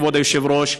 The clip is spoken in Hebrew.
כבוד היושב-ראש,